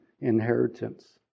inheritance